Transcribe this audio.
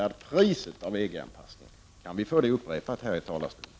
är ett pris EG-anpassningen inte är värd, kan vi få det upprepat här i talarstolen?